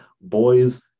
boys